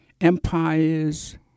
empires